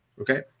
Okay